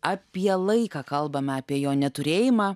apie laiką kalbame apie jo neturėjimą